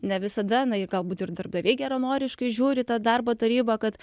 ne visada na ir galbūt ir darbdaviai geranoriškai žiūri į tą darbo tarybą kad